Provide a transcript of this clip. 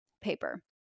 paper